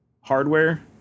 hardware